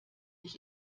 ich